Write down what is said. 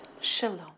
Shalom